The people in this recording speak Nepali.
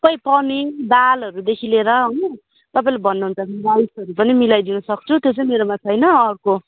सबै पनिर दालहरूदेखि लिएर हो तपाईँले भन्नुहुन्छ भने दालहरू पनि मिलाइदिन सक्छु त्यो चाहिँ मेरोमा छैन अर्को